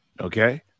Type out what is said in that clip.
Okay